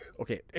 Okay